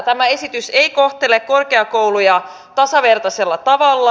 tämä esitys ei kohtele korkeakouluja tasavertaisella tavalla